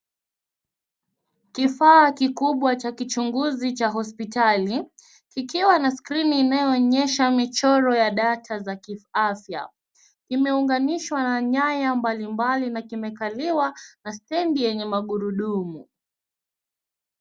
Kifaa kikubwa cha kichunguzi cha hospitali ikiwa na skrini inayoonyesha michoro ya data za kiafya imeunganishwa na nyaya mbalimbali na kimekaliwa na stendi yenye magurudumu.